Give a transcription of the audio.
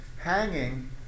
hanging